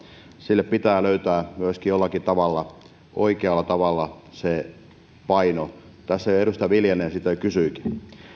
sille pitää löytää jollakin oikealla tavalla se paino tässä jo edustaja viljanen sitä kysyikin